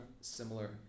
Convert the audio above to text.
similar